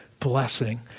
Blessing